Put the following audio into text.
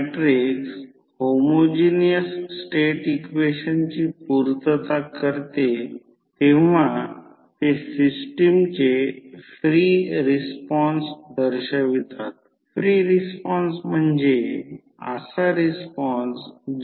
तर मनोरंजकपणे जर ही साईड बघितली तर हे 30 व्होल्ट आहे फुल लोड व्होल्टेज कमी आहे परंतु जर करंटमध्ये वाढ झाली आहे कारण व्होल्ट अँपिअर सारखेच राहिले पाहिजे